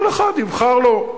כל אחד יבחר לו.